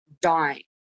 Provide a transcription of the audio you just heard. dying